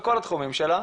בכל התחומים שלה,